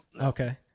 okay